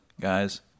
guys